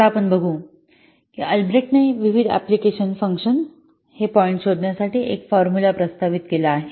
आता आपण बघू की अल्ब्रेच्टने विविधअँप्लिकेशन फंक्शहे न पॉईंट शोधण्यासाठी एक फॉर्म्युला प्रस्तावित केला आहे